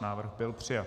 Návrh byl přijat.